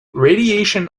radiation